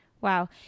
Wow